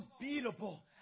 unbeatable